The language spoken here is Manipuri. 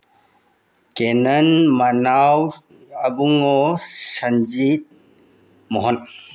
ꯀꯦꯅꯟ ꯃꯅꯥꯎ ꯑꯕꯨꯡꯉꯣ ꯁꯟꯖꯤꯠ ꯃꯣꯍꯟ